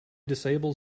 disabled